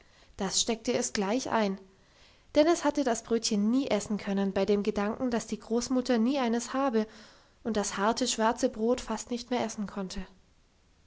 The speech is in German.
das steckte es gleich ein denn es hätte das brötchen nie essen können beim gedanken dass die großmutter nie eines habe und das harte schwarze brot fast nicht mehr essen konnte